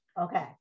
Okay